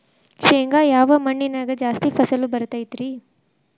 ಶೇಂಗಾ ಯಾವ ಮಣ್ಣಿನ್ಯಾಗ ಜಾಸ್ತಿ ಫಸಲು ಬರತೈತ್ರಿ?